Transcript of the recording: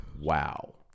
wow